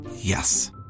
Yes